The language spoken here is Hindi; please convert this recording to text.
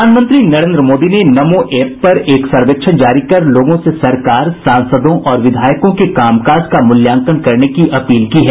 प्रधानमंत्री नरेन्द्र मोदी ने नमो ऐप पर एक सर्वेक्षण जारी कर लोगों से सरकार सांसदों और विधायकों के कामकाज का मूल्यांकन करने की अपील की है